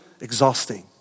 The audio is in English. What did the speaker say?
exhausting